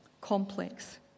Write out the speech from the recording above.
complex